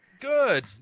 Good